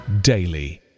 daily